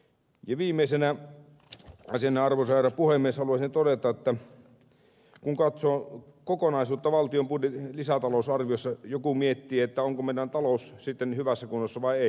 viimeisenä asiana arvoisa herra puhemies haluaisin todeta että kun katsoo kokonaisuutta valtion lisätalousarviossa niin joku miettii onko meidän talous sitten hyvässä kunnossa vai ei